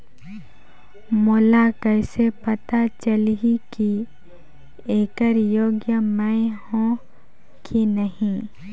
मोला कइसे पता चलही की येकर योग्य मैं हों की नहीं?